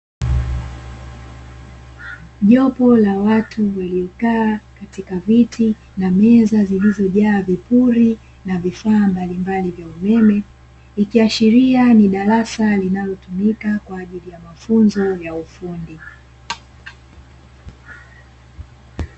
Jopo la watu lililokaa katika viti meza zilizojaa vipuri na vifaa mbalimbali vya umeme, ikiashiria ni darasa linalotumika kwa ajili ya ufundi.